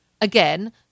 again